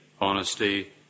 honesty